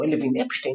שמואל לוין-אפשטיין,